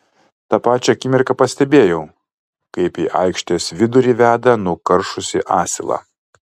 tą pačią akimirką pastebėjau kaip į aikštės vidurį veda nukaršusį asilą